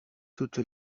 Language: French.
toute